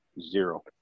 zero